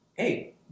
Hey